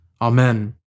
Amen